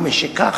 ומשכך,